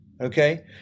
Okay